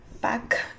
back